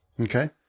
Okay